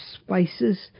spices